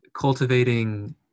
cultivating